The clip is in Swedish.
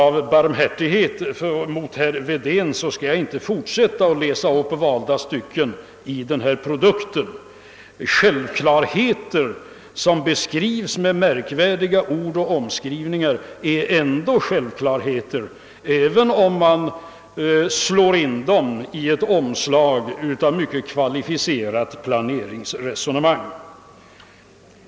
Av barmhärtighet mot herr Wedén skall jag inte fortsätta att läsa upp valda stycken ur denna produkt. Självklarheter, som beskrivs med märkvärdiga ord och omskrivningar, är självklarheter även om de slås in i ett omslag av mycket kvalificerat planeringsresonemang.